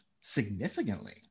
significantly